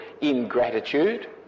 ingratitude